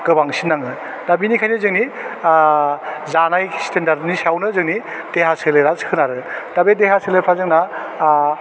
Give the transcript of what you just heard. गोबांसिन नाङो दा बिनिखायनो जोंनि आह जानाय स्टेडार्डनि सायावनो जोंनि देहा सोलेरा सोनारो दा बे देहा सोलेरफ्रा जोंना आह